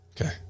Okay